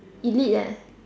elite eh